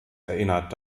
erinnert